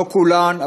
לא כולן,